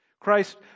Christ